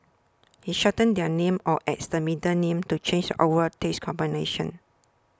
he shortens their names or adds the middle name to change over taste combination